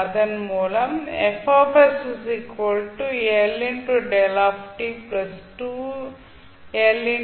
அதன் மூலம் F δ 2 u − 3e−2t f t2sin